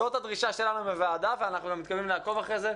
זאת הדרישה שלנו מהוועדה ואנחנו גם מתכוונים לעקוב אחרי זה,